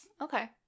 Okay